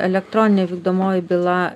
elektroninė vykdomoji byla